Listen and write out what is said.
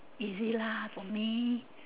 easy lah on me